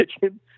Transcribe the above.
kitchen